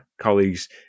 colleagues